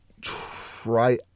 try